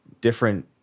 different